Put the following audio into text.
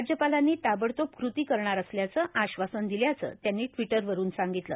राज्यपालांनी ताबडतोब क्रती करणार असल्याचं आश्वासन दिल्याचं त्यांनी ट्विंटरवरून सांगितलं